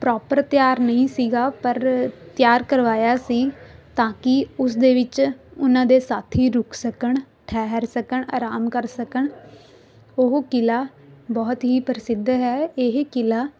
proper ਤਿਆਰ ਨਹੀਂ ਸੀਗਾ ਪਰ ਤਿਆਰ ਕਰਵਾਇਆ ਸੀ ਤਾਂ ਕਿ ਉਸਦੇ ਵਿੱਚ ਉਹਨਾਂ ਦੇ ਸਾਥੀ ਰੁਕ ਸਕਣ ਠਹਿਰ ਸਕਣ ਆਰਾਮ ਕਰ ਸਕਣ ਉਹ ਕਿਲ੍ਹਾ ਬਹੁਤ ਹੀ ਪ੍ਰਸਿੱਧ ਹੈ ਇਹ ਕਿਲ੍ਹਾ